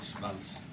months